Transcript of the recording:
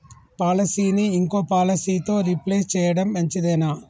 పాలసీని ఇంకో పాలసీతో రీప్లేస్ చేయడం మంచిదేనా?